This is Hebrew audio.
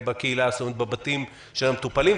בקהילה, בבתים של המטופלים.